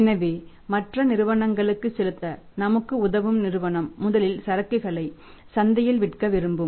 எனவே மற்ற நிறுவனங்களுக்கு செலுத்த நமக்கு உதவும் நிறுவனம் முதலில் சரக்குகளை சந்தையில் விற்க விரும்பும்